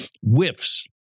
whiffs